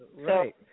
right